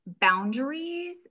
boundaries